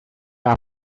are